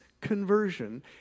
conversion